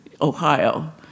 Ohio